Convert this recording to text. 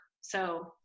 So-